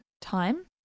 time